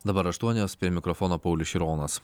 dabar aštuonios prie mikrofono paulius šironas